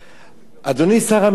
אני הבאתי כמה פעמים,